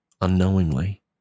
unknowingly